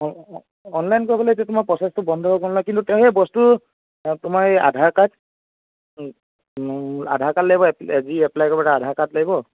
অঁ অনলাইন কৰিবলৈ এতিয়া তোমাৰ প্ৰচেছটো বন্ধ হ'ল নহয় কিন্তু তেওঁ সেই বস্তু তোমাৰ এই আধাৰ কাৰ্ড আধাৰ কাৰ্ড লাগিব যি এপ্লাই কৰিব তাৰ আধাৰ কাৰ্ড লাগিব